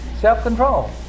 self-control